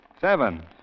Seven